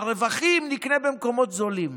מהרווחים נקנה במקומות זולים.